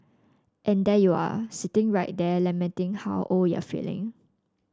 and there you are sitting right there lamenting how old you're feeling